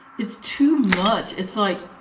it's too much it's like,